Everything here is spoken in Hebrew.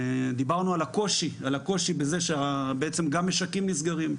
דיברנו על הקושי בזה שבעצם גם משקים נסגרים,